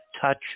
touch